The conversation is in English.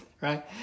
Right